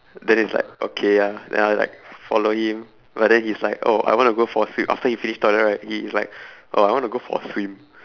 then it's like okay ah ya then I was like follow him but then he's like oh I wanna go for a swim after he finish toilet right he's like oh I wanna go for a swim